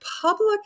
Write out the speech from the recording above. public